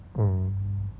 mm